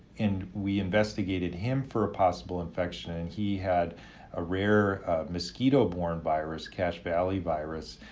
and we investigated him for a possible infection and he had a rare mosquito-borne virus, cache valley virus,